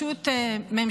סליחה.